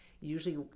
usually